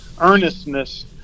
earnestness